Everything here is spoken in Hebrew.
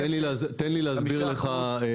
תן לי להסביר לך.